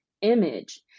image